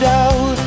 out